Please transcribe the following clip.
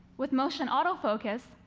with motion auto focus,